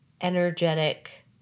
energetic